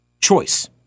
choice